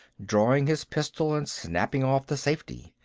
drawing his pistol and snapping off the safety.